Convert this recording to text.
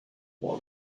what